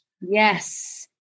Yes